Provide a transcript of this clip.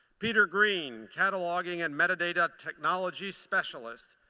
peter green, cataloging and metadata technology specialist,